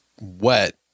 wet